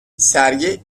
sergi